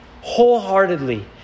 wholeheartedly